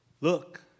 look